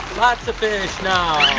lots of fish now.